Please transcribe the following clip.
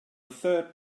third